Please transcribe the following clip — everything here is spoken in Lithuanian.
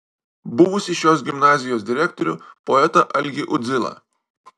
buvusį šios gimnazijos direktorių poetą algį uzdilą